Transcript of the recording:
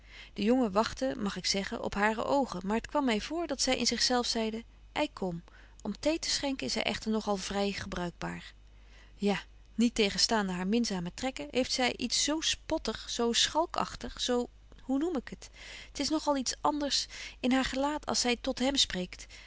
de jongen wagtte mag ik zeggen op hare oogen maar t kwam my voor dat zy in zich zelf zeide ei kom om thee te schenken is hy echter nog al vry gebruikbaar ja niet tegenstaande hare minzame trekken heeft zy iets zo spottig zo schalkagtig zo hoe noem ik het t is nog al iets anders in haar gelaat als zy tot hem spreekt